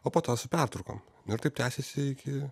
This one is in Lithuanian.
o po to su petraukom nu ir taip tęsėsi iki